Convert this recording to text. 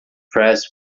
press